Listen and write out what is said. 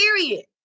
period